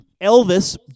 Elvis